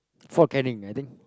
Fort-Canning I think